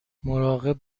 مراقب